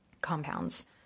compounds